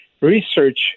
research